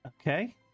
Okay